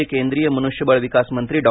माजी केंद्रीय मनुष्यबळ विकास मंत्री डॉ